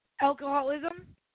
Alcoholism